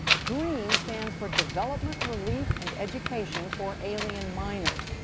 dream stands for development relief and education for alien minors.